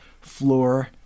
floor